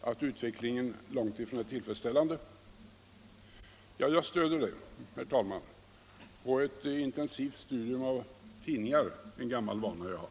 att utvecklingen långt ifrån är tillfredsställande. Ja, jag stöder den på ett intensivt studium av tidningar, en gammal vana jag har.